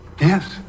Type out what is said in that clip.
Yes